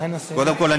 קודם כול,